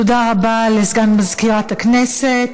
תודה רבה לסגן מזכירת הכנסת.